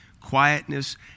quietness